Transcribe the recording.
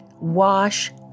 wash